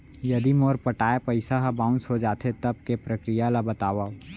यदि मोर पटाय पइसा ह बाउंस हो जाथे, तब के प्रक्रिया ला बतावव